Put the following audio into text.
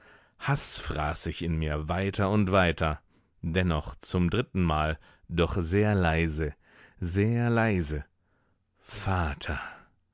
haß fraß sich in mir weiter und weiter dennoch zum drittenmal doch sehr leise sehr leise vater